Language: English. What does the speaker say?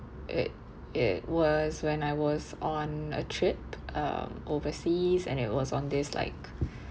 it it was when I was on a trip um overseas and it was on this like